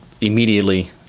immediately